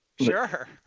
Sure